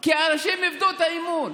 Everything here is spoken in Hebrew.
כי אנשים איבדו את האמון,